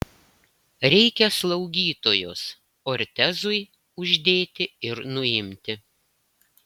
reikia slaugytojos ortezui uždėti ir nuimti